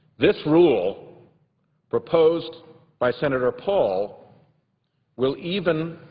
this rule proposed by senator paul will even